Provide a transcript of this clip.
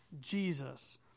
Jesus